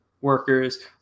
workers